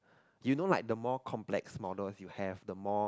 you know like the more complex models you have the more